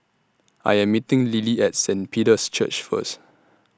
I Am meeting Lillie At Saint Peter's Church First